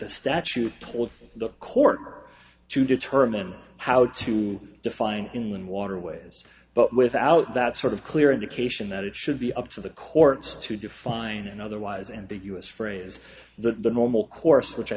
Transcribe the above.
the statute told the court to determine how to define in water ways but without that sort of clear indication that it should be up to the courts to define and otherwise ambiguous phrase the normal course which i